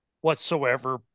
whatsoever